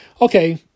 Okay